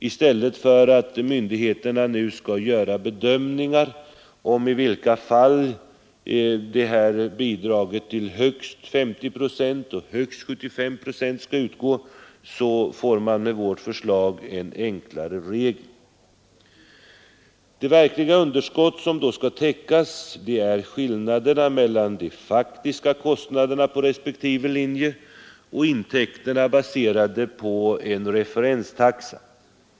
I stället för att myndigheterna nu skall göra bedömningar av vilka linjer eller kommuner som skall erhålla 50 respektive 75 procent får man med vårt förslag en enklare regel. Det verkliga underskott som då skall täckas är skillnaden mellan de faktiska kostnaderna på respektive linje och intäkterna baserade på referenstaxa.